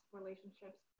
relationships